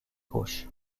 gauche